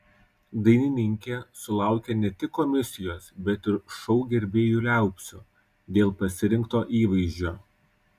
dainininkė sulaukė ne tik komisijos bet ir šou gerbėjų liaupsių dėl pasirinkto įvaizdžio